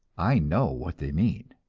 i know what they mean.